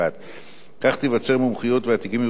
כך תיווצר מומחיות והתיקים יטופלו במהירות.